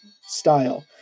style